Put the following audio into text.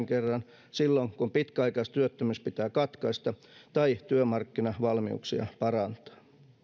kerran tai silloin kun pitkäaikaistyöttömyys pitää katkaista tai työmarkkinavalmiuksia parantaa